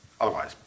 otherwise